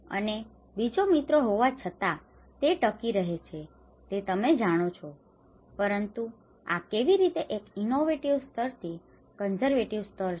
અને બીજો મિત્ર હોવા છતાં તે ટકી રહે છે તે તમે જાણો છો પરંતુ આ કેવી રીતે એક ઇનોવેટિવ સ્તર થી કન્ઝર્વેટિવ સ્તર છે